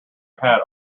hat